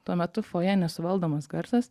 tuo metu fojė nesuvaldomas garsas